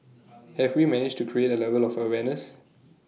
have we managed to create A level of awareness